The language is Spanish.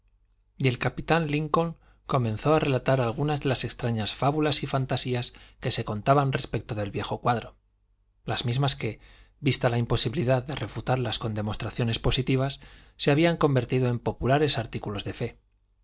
y el capitán lincoln comenzó a relatar algunas de las extrañas fábulas y fantasías que se contaban respecto del viejo cuadro las mismas que vista la imposibilidad de refutarlas con demostraciones positivas se habían convertido en populares artículos de fe una